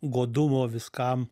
godumo viskam